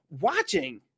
watching